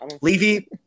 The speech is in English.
Levy